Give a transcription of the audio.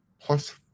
plus